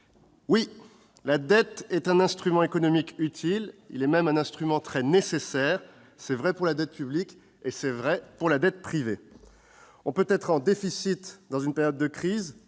oui, la dette est un instrument économique utile, et même très nécessaire. C'est vrai de la dette publique comme de la dette privée. On peut être en déficit dans une période de crise